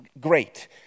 Great